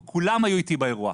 כולם היו איתי באירוע,